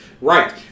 Right